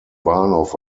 bahnhof